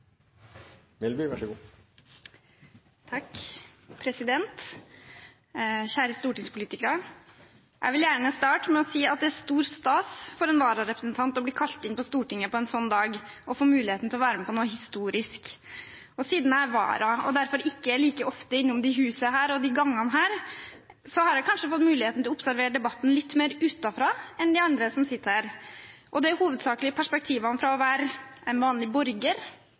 Kjære stortingspolitikere! Jeg vil gjerne starte med å si at det er stor stas for en vararepresentant å bli kalt inn på Stortinget på en sånn dag og få muligheten til å være med på noe historisk. Siden jeg er vara og derfor ikke er like ofte innom dette huset og disse gangene, så har jeg kanskje fått muligheten til å observere debatten litt mer utenfra enn de andre som sitter her. Det er hovedsakelig perspektivene som vanlig borger, norsklærer og lokalpolitiker jeg tar med meg inn i denne debatten, og ut fra